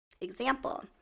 Example